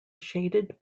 shaded